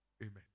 Amen